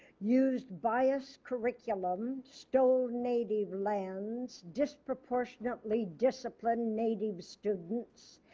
used bias curriculum, stole native lands, disproportionately disciplined native students,